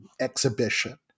exhibition